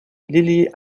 lilly